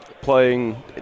playing